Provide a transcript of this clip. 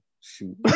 Shoot